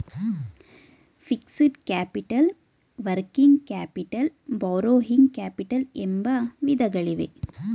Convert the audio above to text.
fixed capital working capital borrowing capital ಎಂಬ ವಿಧಗಳಿವೆ